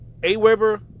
AWeber